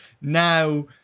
now